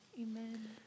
Amen